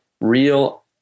real